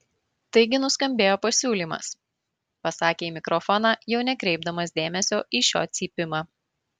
taigi nuskambėjo pasiūlymas pasakė į mikrofoną jau nekreipdamas dėmesio į šio cypimą